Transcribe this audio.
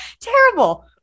Terrible